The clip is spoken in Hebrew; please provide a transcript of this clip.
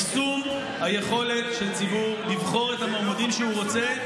מקסום היכולת של ציבור לבחור את המועמדים שהוא רוצה,